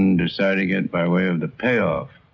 and deciding it by way of the pay off